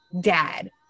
dad